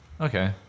Okay